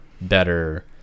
better